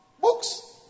Books